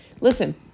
Listen